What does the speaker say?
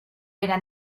era